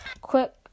quick